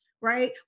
right